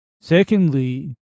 secondly